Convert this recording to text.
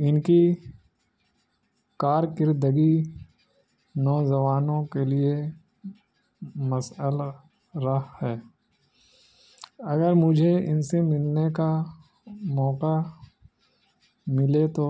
ان کی کارکردگی نوجوانوں کے لیے مسئل را ہے اگر مجھے ان سے ملنے کا موقع ملے تو